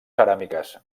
ceràmiques